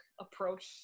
approach